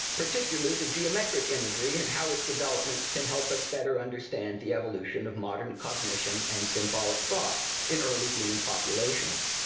particularly the geometric imagery and how its development can help us better understand the evolution of modern cognition and symbolic thought in early human populations.